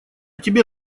тебе